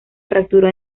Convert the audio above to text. fracturó